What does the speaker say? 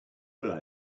would